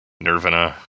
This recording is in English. Nirvana